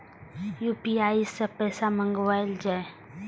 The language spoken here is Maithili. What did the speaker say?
यू.पी.आई सै पैसा मंगाउल जाय?